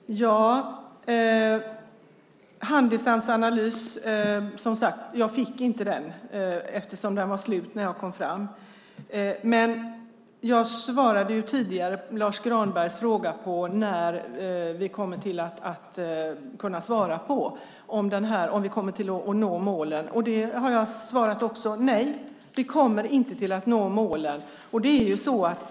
Fru talman! Handisams analys fick jag som sagt inte eftersom den var slut när jag kom fram. Men jag svarade tidigare på Lars U Granbergs fråga om när vi kommer att kunna nå målen. Jag har svarat: Nej, vi kommer inte att nå målen.